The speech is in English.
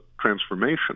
transformation